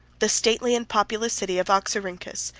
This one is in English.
the stately and populous city of oxyrinchus,